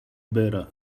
better